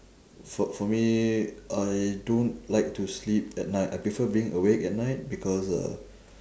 fo~ for me I don't like to sleep at night I prefer being awake at night because uh